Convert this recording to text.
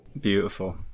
beautiful